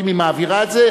ואם היא מעבירה את זה,